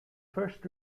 first